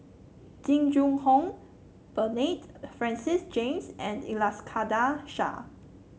Jing Jun Hong Bernard Francis James and Iskandar Shah